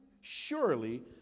Surely